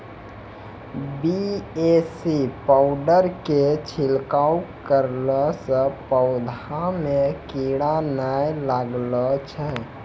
BAC powder के छिड़काव करला से पौधा मे कीड़ा नैय लागै छै?